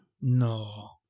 No